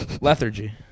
Lethargy